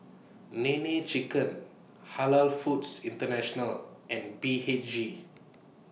Nene Chicken Halal Foods International and B H G